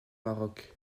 maroc